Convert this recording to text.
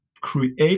create